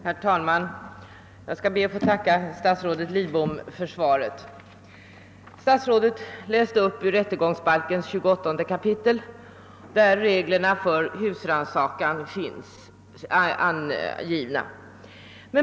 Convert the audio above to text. Herr talman! Jag ber att få tacka statsrådet Lidbom för svaret. Statsrådet återgav innehållet i 28 kap. rättegångsbalken, där reglerna om husrannsakan finns intagna.